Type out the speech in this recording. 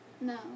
no